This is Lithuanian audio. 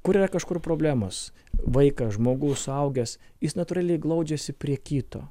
kur yra kažkur problemos vaikas žmogus suaugęs jis natūraliai glaudžiasi prie kito